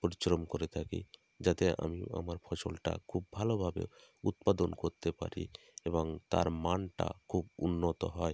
পরিশ্রম করে থাকি যাতে আমিও আমার ফসলটা খুব ভালোভাবে উৎপাদন করতে পারি এবং তার মানটা খুব উন্নত হয়